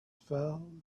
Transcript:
fell